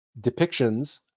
depictions